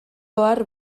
ohar